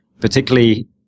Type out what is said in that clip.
particularly